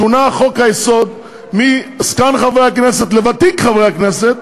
שונה חוק-היסוד מ"זקן חברי הכנסת" ל"ותיק חברי הכנסת",